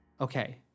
Okay